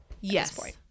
yes